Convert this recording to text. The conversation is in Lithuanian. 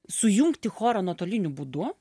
sujungti chorą nuotoliniu būdu